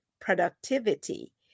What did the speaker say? productivity